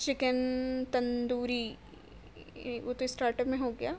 chicken tandoori وہ تو starter میں ہو گیا